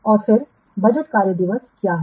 और फिर बजट कार्य दिवस क्या है